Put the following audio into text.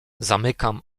zamykam